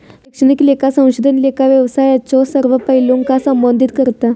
शैक्षणिक लेखा संशोधन लेखा व्यवसायाच्यो सर्व पैलूंका संबोधित करता